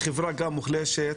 חברה שגם היא מוחלשת,